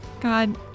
God